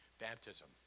baptism